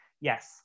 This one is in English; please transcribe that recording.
yes